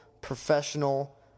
professional